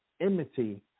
enmity